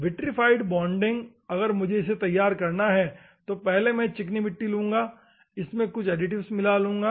vitrified bonding अगर मुझे इसे तैयार करना है तो पहले मैं चिकनी मिट्टी लूंगा और इसमें फिर कुछ एडिटिव्स मिला लूंगा